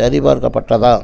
சரிபார்க்கப்பட்டதா